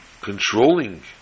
controlling